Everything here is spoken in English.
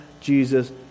Jesus